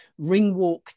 Ringwalk